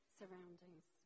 surroundings